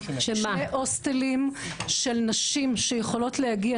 שני הוסטלים של נשים שיכולות להגיע,